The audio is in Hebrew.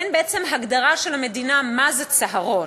אין בעצם הגדרה של המדינה מה זה צהרון.